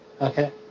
okay